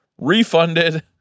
refunded